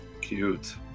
Cute